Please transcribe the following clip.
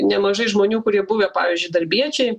nemažai žmonių kurie buvę pavyzdžiui darbiečiai